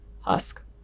husk